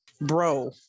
bro